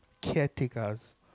caretakers